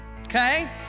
Okay